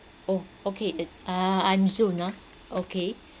oh okay ah I'm june ah okay